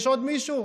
יש עוד מישהו?